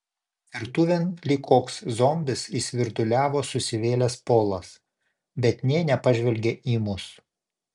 virtuvėn lyg koks zombis įsvirduliavo susivėlęs polas bet nė nepažvelgė į mus